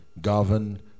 govern